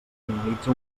finalitza